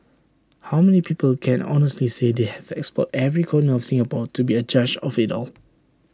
how many people can honestly say they have explored every corner of Singapore to be A judge of IT all